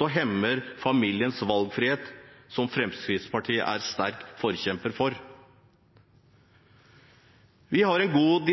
og hemmer familiens valgfrihet, som Fremskrittspartiet er sterk forkjemper for. Vi har et godt